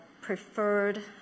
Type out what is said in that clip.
preferred